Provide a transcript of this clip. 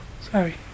sorry